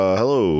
hello